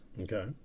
Okay